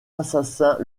assassins